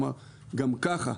גם ככה,